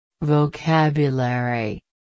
Vocabulary